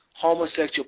homosexual